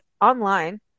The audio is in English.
online